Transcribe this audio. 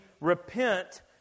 repent